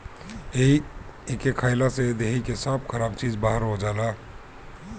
एके खइला से देहि के सब खराब चीज बहार हो जाला